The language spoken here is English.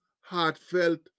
heartfelt